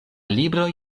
libroj